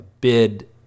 bid